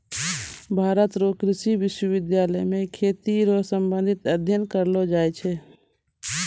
भारत रो कृषि विश्वबिद्यालय मे खेती रो संबंधित अध्ययन करलो जाय छै